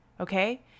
okay